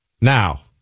Now